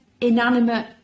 inanimate